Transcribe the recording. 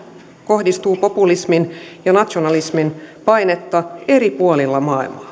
kohdistuu populismin ja nationalismin painetta eri puolilla maailmaa